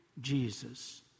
Jesus